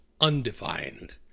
undefined